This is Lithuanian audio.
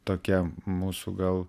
tokia mūsų gal